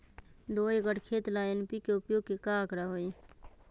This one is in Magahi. दो एकर खेत ला एन.पी.के उपयोग के का आंकड़ा होई?